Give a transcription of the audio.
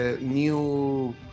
new